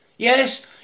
Yes